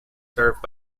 served